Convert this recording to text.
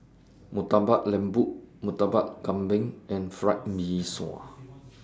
Murtabak Lembu Murtabak Kambing and Fried Mee Sua